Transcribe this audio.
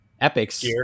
epics